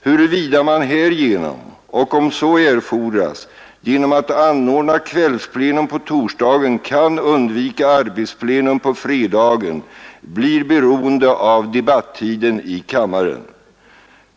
Huruvida man härigenom och — om så erfordras — genom att anordna kvällsplenum på torsdagen kan undvika arbetsplenum på fredagen blir beroende av debattiden i kammaren.